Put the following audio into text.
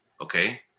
Okay